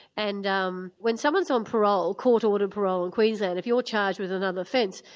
and um when someone's on parole, court order parole in queensland, if you're charged with another offence,